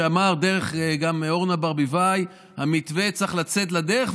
שאמר גם דרך אורנה ברביבאי: המתווה צריך לצאת לדרך,